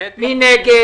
מי נגד?